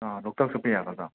ꯂꯣꯛꯇꯥꯛ ꯆꯠꯄ ꯌꯥꯒꯗ꯭ꯔꯣ